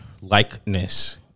likeness